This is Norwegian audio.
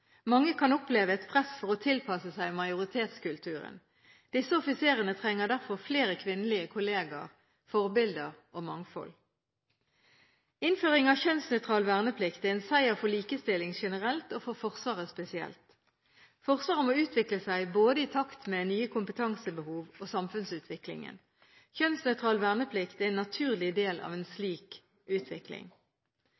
Mange kan oppleve et press for å tilpasse seg majoritetskulturen. Disse offiserene trenger derfor flere kvinnelige kolleger, forbilder og mangfold. Innføring av kjønnsnøytral verneplikt er en seier for likestilling generelt og for Forsvaret spesielt. Forsvaret må utvikle seg i takt med både nye kompetansebehov og samfunnsutviklingen. Kjønnsnøytral verneplikt er en naturlig del av en